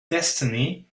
destiny